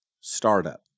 startup